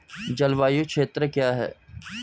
जलवायु क्षेत्र क्या है?